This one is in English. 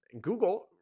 Google